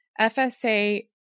FSA